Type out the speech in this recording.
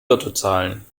lottozahlen